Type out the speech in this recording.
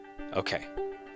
Okay